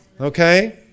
Okay